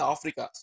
Africa